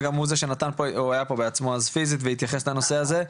וגם הוא זה שהיה פה בעצמו פיזית והתייחס לנושא הזה.